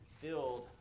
filled